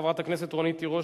חברת הכנסת רונית תירוש,